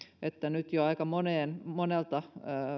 että nyt jo aika monelta